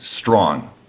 strong